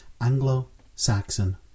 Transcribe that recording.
Anglo-Saxon